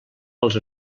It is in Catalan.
pels